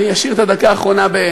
אני אשאיר את הדקה האחרונה.